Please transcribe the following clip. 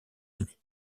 unis